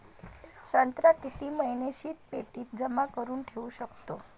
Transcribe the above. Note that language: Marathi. संत्रा किती महिने शीतपेटीत जमा करुन ठेऊ शकतो?